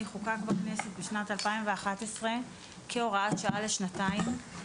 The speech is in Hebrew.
חוקק בכנסת בשנת 2011 כהוראת שעה לשנתיים,